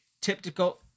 typical